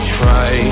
try